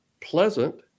pleasant